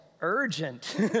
urgent